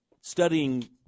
studying